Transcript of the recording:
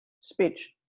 speech